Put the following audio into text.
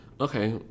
Okay